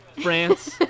France